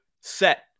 set